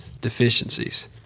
deficiencies